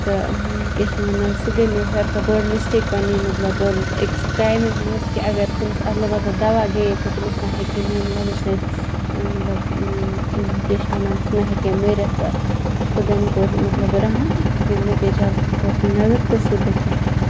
تہٕ کیاہ چھِ وَنان سُہ گٔے مےٚ ساروی کھوتہ بٔڑ مِسٹیک پَنٕنہِ مَطلَب أکِس ٹایمہِ مَنٛز کہِ اَگَر تٔمِس اَدلہٕ بَدلہٕ دَوا گٔیے تہٕ تٔمِس ما ہیٚکہِ میانہِ وَجہ سۭتۍ مَطلَب کیاہ چھِ وَنان سُہ ما ہیٚکہِ ہا مٔرِتھ تہٕ خُۄداین کوٚر مَطلَب رَحَم کہِ مےٚ پیٚیہِ جَلدی توکُن نَظَرتہٕ سُہ بَچاے